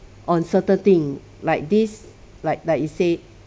on certain thing like this like like you said